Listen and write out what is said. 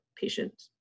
patient